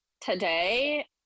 today